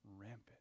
rampant